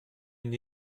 une